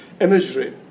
imagery